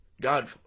God